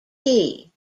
key